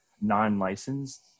non-licensed